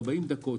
40 דקות,